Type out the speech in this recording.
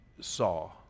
saw